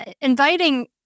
inviting